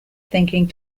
thinking